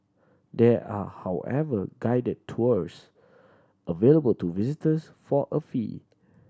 there are however guided tours available to visitors for a fee